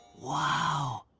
wow.